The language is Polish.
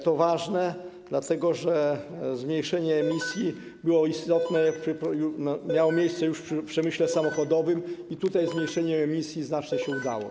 To ważne, dlatego że zmniejszenie emisji miało miejsce już w przemyśle samochodowym i tutaj zmniejszenie emisji znacznie się udało.